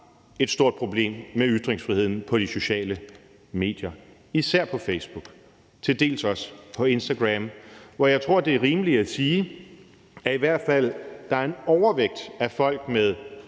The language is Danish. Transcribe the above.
et stort problem med ytringsfriheden på de sociale medier, især på Facebook, til dels også på Instagram, hvor jeg tror det er rimeligt at sige at der i hvert fald er en overvægt af folk med